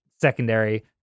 secondary